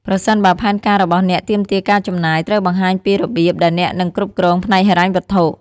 ប្រសិនបើផែនការរបស់អ្នកទាមទារការចំណាយ ត្រូវបង្ហាញពីរបៀបដែលអ្នកនឹងគ្រប់គ្រងផ្នែកហិរញ្ញវត្ថុ។